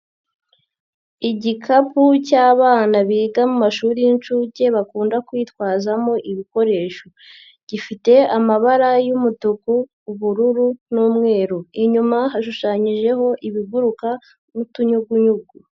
Igikapu cy'abana biga mu mashuri y' inshuke bakunda kwitwazamo ibikoresho. Gifite amabara y'umutuku, ubururu n'umweru. Inyuma hashushanyijeho ibiguruka n'utuyugunyugu.